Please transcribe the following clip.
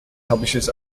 publishes